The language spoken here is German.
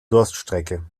durststrecke